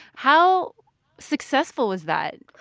how successful was that?